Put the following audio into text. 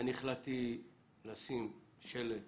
ואני החלטתי לשים שלט